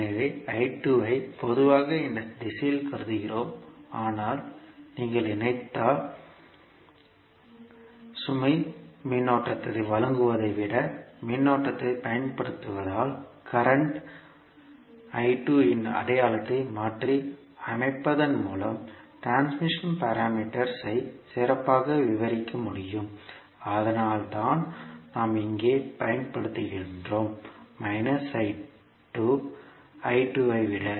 எனவே ஐ பொதுவாக இந்த திசையில் கருதுகிறோம் ஆனால் நீங்கள் இணைத்தால் சுமை மின்னோட்டத்தை வழங்குவதை விட மின்னோட்டத்தை பயன்படுத்துவதால் கரண்ட் இன் அடையாளத்தை மாற்றி அமைப்பதன் மூலம் டிரான்ஸ்மிஷன் பாராமீட்டர்ஸ் ஐ சிறப்பாக விவரிக்க முடியும் அதனால் தான் நாம் இங்கே பயன்படுத்துகிறோம் ஐ விட